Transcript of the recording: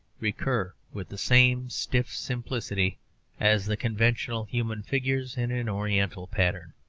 recur with the same stiff simplicity as the conventional human figures in an oriental pattern.